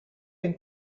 une